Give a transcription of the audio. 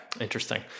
Interesting